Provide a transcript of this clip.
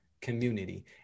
community